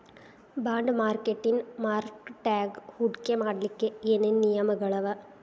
Bond ಮಾರ್ಕೆಟಿನ್ ಮಾರ್ಕಟ್ಯಾಗ ಹೂಡ್ಕಿ ಮಾಡ್ಲೊಕ್ಕೆ ಏನೇನ್ ನಿಯಮಗಳವ?